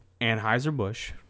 Anheuser-Busch